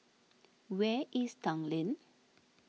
where is Tanglin